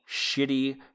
shitty